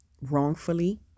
wrongfully